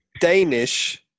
Danish